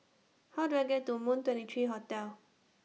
How Do I get to Moon twenty three Hotel